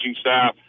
staff